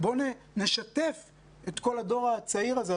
בואו נשתף את כל הדור הצעיר הזה,